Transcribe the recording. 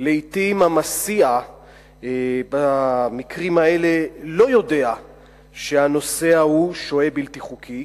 שלעתים המסיע במקרים האלה לא יודע שהנוסע הוא שוהה בלתי חוקי,